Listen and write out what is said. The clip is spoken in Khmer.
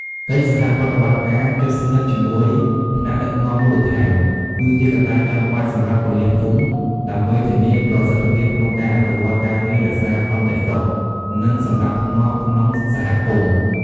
កិច្ចសហប្រតិបត្តិការជិតស្និទ្ធជាមួយថ្នាក់ដឹកនាំមូលដ្ឋាន គឺជាកត្តាចាំបាច់ សម្រាប់ប៉ូលីសភូមិ ដើម្បីធានាប្រសិទ្ធភាពក្នុងការអនុវត្តការងាររក្សាសន្តិសុខ និងសណ្ដាប់ធ្នាប់ក្នុងសហគមន៍។